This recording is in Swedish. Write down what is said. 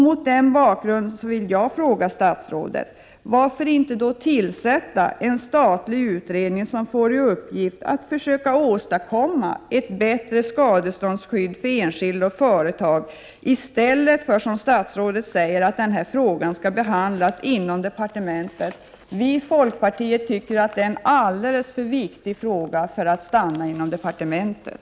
Mot den bakgrunden vill jag fråga statsrådet: Varför då inte tillsätta en statlig utredning som får i uppgift att försöka åstadkomma ett bättre skadeståndsskydd för enskilda och företag, i stället för att, som statsrådet säger, denna fråga skall behandlas inom departementet? Vi i folkpartiet tycker att det är en alldeles för viktig fråga för att stanna inom departementet.